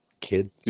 Kid